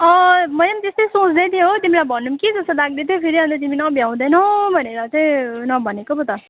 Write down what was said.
अँ मैले पनि त्यस्तै सोच्दै थिएँ हो तिमीलाई भनौँ कि जस्तो लाग्दैथ्यो फेरि न तिमी न भ्याउँदैनौ भनेर चाहिँ नभनेको पो त